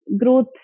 Growth